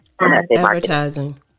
Advertising